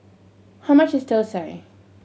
how much is thosai